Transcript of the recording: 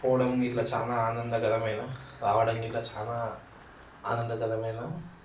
పోవడం గిట్ల చాలా ఆనందకరమైన రావడం గిట్ల చాలా ఆనందకరమైన